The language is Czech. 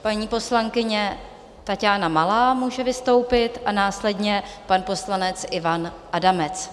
Paní poslankyně Taťána Malá může vystoupit, následně pan poslanec Ivan Adamec.